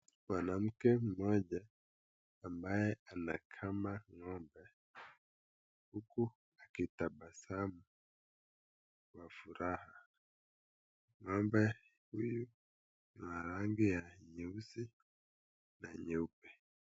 Mwanamke mmoja ambaye anakama ng'ombe huku akitabasamu kwa furaha. Ng'ombe huyu wa rangi ya nyeusi na nyeupe.